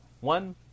One